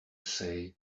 say